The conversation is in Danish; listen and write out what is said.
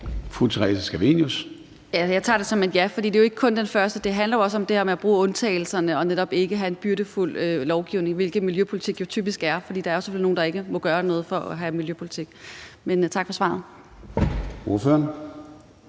Jeg tager det som et ja, for det er jo ikke kun det første princip. Det handler også om det her med at bruge undtagelserne og netop ikke have en byrdefuld lovgivning, hvilket miljøpolitik jo typisk er, fordi der selvfølgelig er noget, nogle ikke må gøre, for at man har en miljøpolitik. Men tak for svaret.